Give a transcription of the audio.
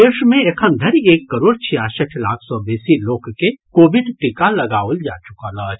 देश मे एखन धरि एक करोड़ छियासठि लाख सँ बेसी लोक के कोविड टीका लगाओल जा चुकल अछि